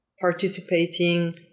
participating